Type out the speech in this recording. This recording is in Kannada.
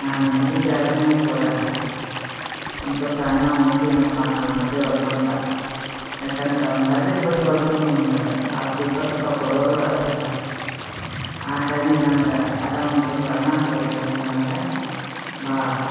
ನಾನು ಮುದುಕಿ ಆದರೂನು ಕೂಡ ಒಂದ್ ತುತ್ತು ಅನ್ನ ಉಣ್ತೀನಪ್ಪ ನಾನು ಬಟ್ಟೆ ಹೊಲ್ಕೊಳ್ತಾ ಯಾಕಂದ್ರ ಒಂದು ಹರ್ದಿದ್ ಬಟ್ಟೆ ಹೊಲ್ದರೂನು ಒಂದು ಹತ್ತು ಇಪ್ಪತ್ತು ರೂಪಾಯಿ ಕೊಡರು ಅದಾರ ಆ ಟೈಮ್ಗೆ ನನ್ಗ ಅದು ಒಂದು ತುತ್ತು ಅನ್ನ ಕೊಡ್ತೈತಿ ನನ್ಗ ಭಾಳ